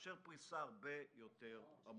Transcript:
יאפשר פריסה הרבה יותר עמוקה.